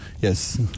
yes